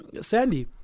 Sandy